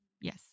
yes